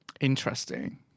Interesting